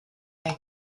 where